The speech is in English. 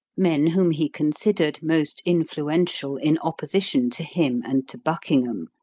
men whom he considered most influential in opposition to him and to buckingham,